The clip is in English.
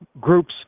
groups